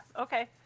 okay